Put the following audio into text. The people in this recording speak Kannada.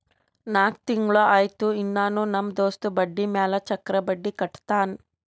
ನಾಕ್ ತಿಂಗುಳ ಆಯ್ತು ಇನ್ನಾನೂ ನಮ್ ದೋಸ್ತ ಬಡ್ಡಿ ಮ್ಯಾಲ ಚಕ್ರ ಬಡ್ಡಿ ಕಟ್ಟತಾನ್